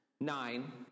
nine